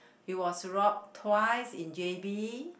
he was robbed twice in J_B